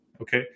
okay